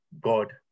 God